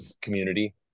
community